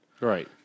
Right